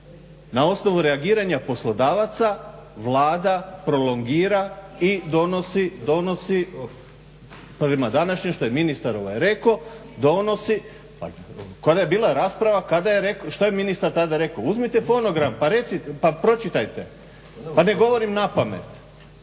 na osnovu reagiranja poslodavaca Vlada prolongira i donosi prema današnjem što je ministar rekao. Kao da je bila rasprava kada je šta je ministar tada rekao? Uzmite fonogram pa pročitajte, pa ne govorim na pamet.